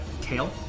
tail